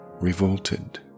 revolted